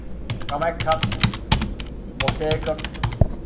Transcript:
কামাখ্যাত বছৰেকত